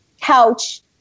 couch